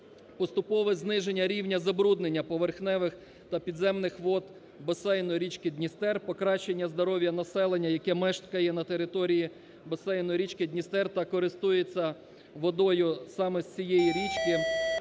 поступове зниження рівня забруднення поверхневих та підземних вод басейну річки Дністер, покращення здоров'я населення, яке мешкає на території басейну річки Дністер та користується водою саме з цієї річки,